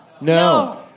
No